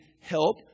help